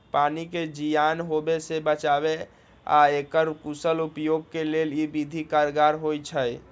पानी के जीयान होय से बचाबे आऽ एकर कुशल उपयोग के लेल इ विधि कारगर होइ छइ